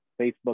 Facebook